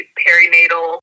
perinatal